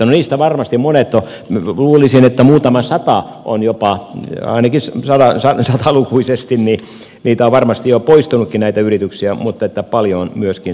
no niistä varmasti luulisin muutama sata on jopa vieraili kesä jolloin ainakin satalukuisesti on varmasti jo poistunutkin näitä yrityksiä mutta paljon on myöskin saatu aikaan